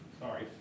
sorry